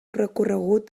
recorregut